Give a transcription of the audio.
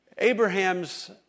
Abraham's